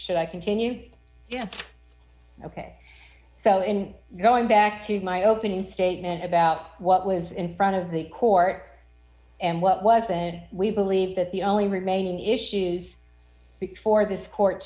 should i continue ok so in going back to my opening statement about what was in front of the court and what was said we believe that the only remaining issues before this court